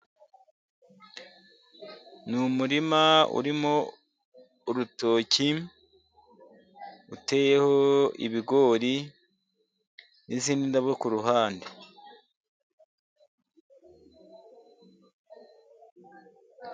Ni umurima urimo urutoki, uteyeho ibigori n'izindi ndabo kuruhande.